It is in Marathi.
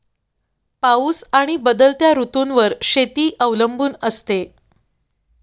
पाऊस आणि बदलत्या ऋतूंवर शेती अवलंबून असते